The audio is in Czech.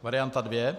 Varianta dvě.